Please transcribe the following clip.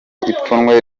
ipfunwe